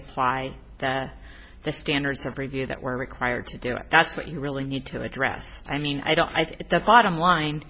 apply the the standards of review that we're required to do if that's what you really need to address i mean i don't i think the bottom line